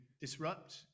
disrupt